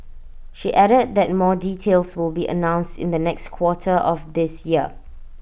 she added that more details will be announced in the next quarter of this year